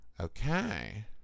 okay